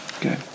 Good